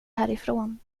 härifrån